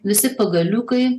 visi pagaliukai